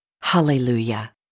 Hallelujah